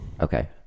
Okay